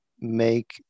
make